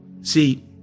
See